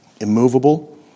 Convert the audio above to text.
immovable